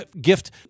Gift